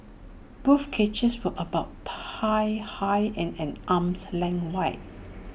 both cages were about thigh high and an arm's length wide